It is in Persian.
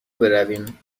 برویم